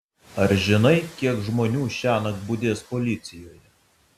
ar žinai kiek žmonių šiąnakt budės policijoje